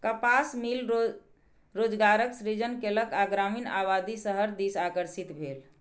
कपास मिल रोजगारक सृजन केलक आ ग्रामीण आबादी शहर दिस आकर्षित भेल